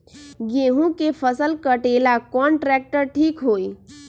गेहूं के फसल कटेला कौन ट्रैक्टर ठीक होई?